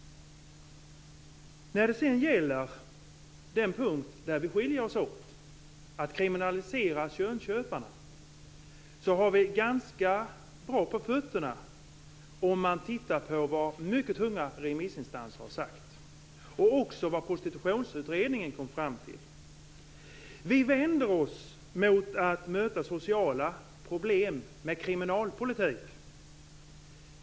När det sedan gäller den punkt där vi skiljer oss åt, dvs. att kriminalisera könsköparna, har vi ganska bra på fötterna, om man tittar på vad mycket tunga remissinstanser har sagt och också vad Prostitutionsutedningen kom fram till. Vi vänder oss mot att möta sociala problem med kriminalpolitik.